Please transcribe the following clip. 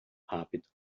rápido